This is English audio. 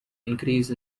increase